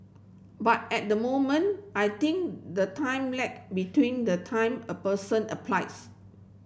but at the moment I think the time lag between the time a person applies